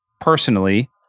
personally